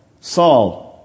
Saul